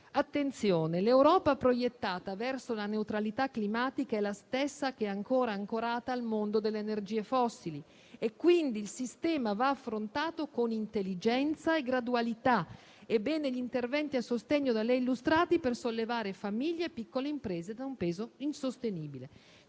Attenzione: l'Europa proiettata verso la neutralità climatica è la stessa che è ancorata al mondo delle energie fossili. Quindi, il sistema va affrontato con intelligenza e gradualità. Bene gli interventi a sostegno da lei illustrati per sollevare famiglie e piccole imprese da un peso insostenibile.